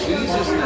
Jesus